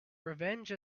revenge